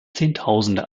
zehntausende